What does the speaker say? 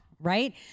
Right